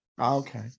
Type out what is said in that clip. okay